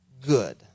good